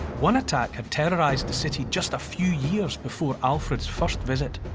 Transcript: one attack had terrorised the city just a few years before alfred's first visit.